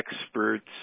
experts